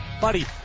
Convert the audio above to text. Buddy